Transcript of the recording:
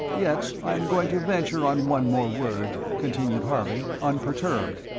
yet i am going to venture on one more word, continued harley, unperturbed.